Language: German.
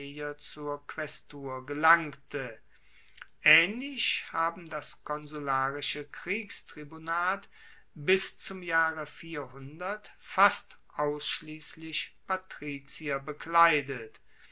plebejer zur quaestur gelangte aehnlich haben das konsularische kriegstribunat bis zum jahre fast ausschliesslich patrizier bekleidet